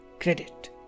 Credit